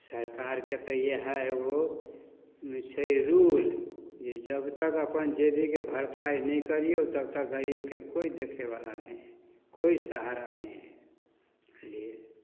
सरकारके तऽ इएह एगो छै रूल जे जबतक अपन जेबीके भरपाइ नहि करिऔ तबतक गरीबके कोइ देखैवला नहि हइ कोइ सहारा नहि हइ बुझलिए